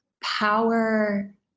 power